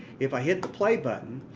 if i hit the play button,